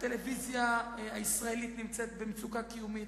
הטלוויזיה הישראלית נמצאת במצוקה קיומית.